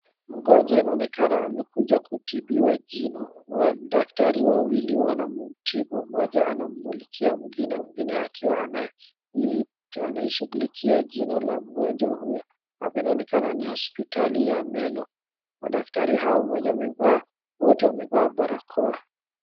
Mgonjwa inaonekana amekuja kutibiwa jino. Wadaktari wawili wanamtibu. Mmoja anamulikia mwingine, mwingine akiwa anaishughulikia jino la mgonjwa huyo. Hapa inaonekana ni hospitali ya meno. Madaktari hao, moja amevaa, wote wamevaa barakoa.